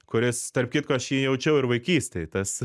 kuris tarp kitko aš jį jaučiau ir vaikystėj tas